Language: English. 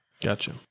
Gotcha